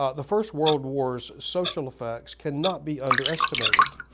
ah the first world war's social effects cannot be underestimated.